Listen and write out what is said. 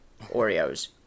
Oreos